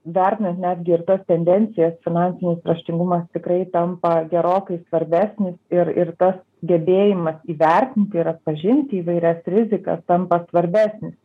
vertinant netgi ir tas tendencijas finansinis raštingumas tikrai tampa gerokai svarbesnis ir ir tas gebėjimas įvertinti ir atpažinti įvairias rizikas tampa svarbesnis